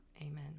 amen